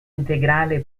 integrale